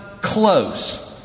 Close